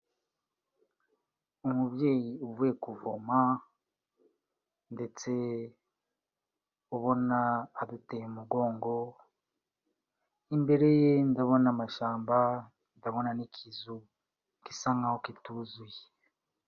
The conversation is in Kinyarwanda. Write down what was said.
Umubyeyi uvuye kuvoma ndetse ubona aduteye umugongo, imbere ye ndabona amashyamba, ndabona n'ikizu gisa nkaho kituzuye.